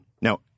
Now